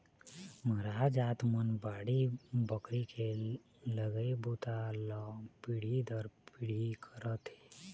मरार जात मन बाड़ी बखरी के लगई बूता ल पीढ़ी दर पीढ़ी करत हे